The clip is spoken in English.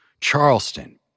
Charleston